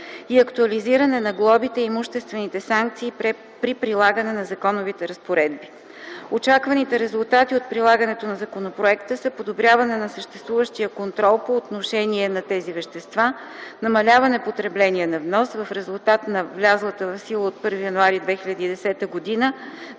и актуализиране на глобите и имуществените санкции при прилагане на законовите разпоредби. Очакваните резултати от прилагането на законопроекта са: подобряване на съществуващия контрол по отношение на тези вещества, намаляване потреблението на ВНОС в резултат на влязлата в сила от 1 януари 2010 г.